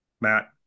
Matt